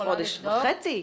חודש וחצי.